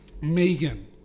Megan